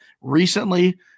recently